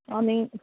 अनि